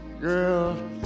girl